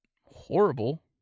horrible